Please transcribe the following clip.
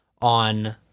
on